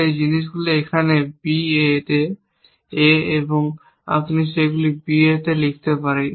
সেই জিনিসগুলি এখানে B A এ এবং আমি সেগুলি এখানে B A এ লিখতে পারি